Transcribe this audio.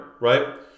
right